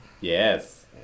Yes